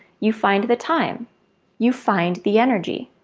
you find the time you find the energy.